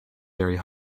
very